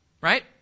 right